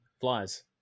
flies